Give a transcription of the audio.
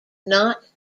not